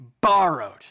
borrowed